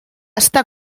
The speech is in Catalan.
està